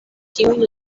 ĉiujn